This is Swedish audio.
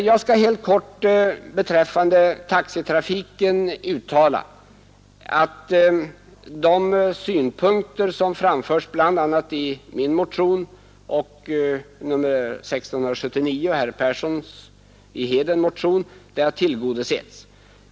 Jag skall helt kort beträffande taxitrafiken uttala att de synpunkter som framförs bl.a. i min motion nr 1679 och i herr Perssons i Heden motion har tillgodosetts.